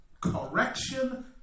correction